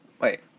Wait